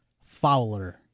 Fowler